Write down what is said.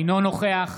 אינו נוכח